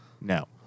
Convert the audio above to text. no